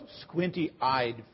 squinty-eyed